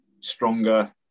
stronger